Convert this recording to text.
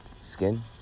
skin